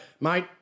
mate